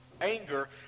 anger